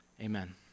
amen